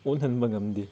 ꯑꯣꯜꯍꯟꯕ ꯉꯝꯗꯦ